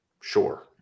Sure